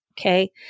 okay